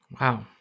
Wow